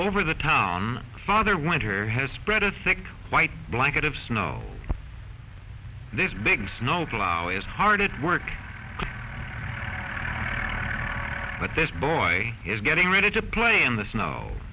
over the town father winter has spread a thick white blanket of snow this big snow plow is hard at work but this boy is getting ready to play in the snow